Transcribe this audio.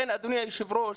אדוני היושב-ראש,